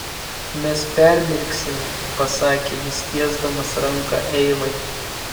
mes permirksime pasakė jis tiesdamas ranką eivai